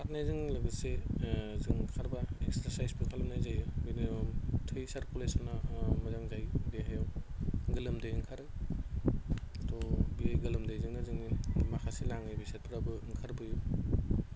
खारनायजों लोगोसे जों खारोबा एक्सारसायजबो खालामनाय जायो बिदिनो थै सारकुलेस'ना मोजां जायो देहायाव गोलोमदै ओंखारो त' बे गोलोमदैजोंनो जोंनि माखासे नाङै बेसादफोराबो ओंखारबोयो